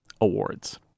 awards